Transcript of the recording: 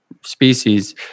species